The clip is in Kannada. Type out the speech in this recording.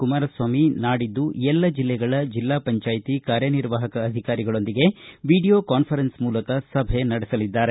ಕುಮಾರಸ್ವಾಮಿ ನಾಡಿದ್ದು ಎಲ್ಲ ಜಿಲ್ಲೆಗಳ ಜಿಲ್ಲಾ ಪಂಚಾಯ್ತಿ ಕಾರ್ಯ ನಿರ್ವಾಹಕ ಅಧಿಕಾರಿಗಳೊಂದಿಗೆ ವಿಡಿಯೋ ಕಾನ್ಫರೆನ್ಸ್ ಮೂಲಕ ಸಭೆ ನಡೆಸಲಿದ್ದಾರೆ